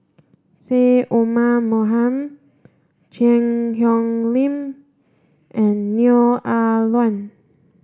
Syed Omar Mohamed Cheang Hong Lim and Neo Ah Luan